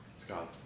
Scott